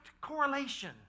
correlation